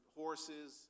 horses